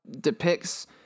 depicts